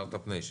סטארט אפ ניישן.